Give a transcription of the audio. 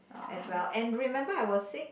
as well and remember I was sick